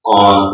on